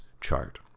chart